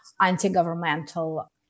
anti-governmental